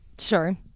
Sure